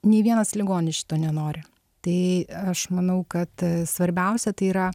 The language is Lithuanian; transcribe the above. nei vienas ligonis šito nenori tai aš manau kad svarbiausia tai yra